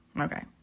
okay